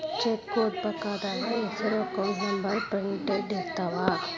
ಚೆಕ್ಬೂಕ್ದಾಗ ಹೆಸರ account number printed ಇರ್ತಾವ